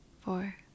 four